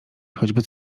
choćby